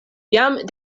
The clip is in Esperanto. jam